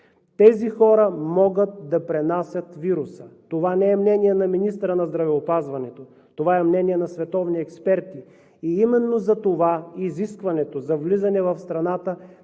ваксината, могат да пренасят вируса. Това не е мнение на министъра на здравеопазването, това е мнение на световни експерти. Именно затова изискването за влизане в страната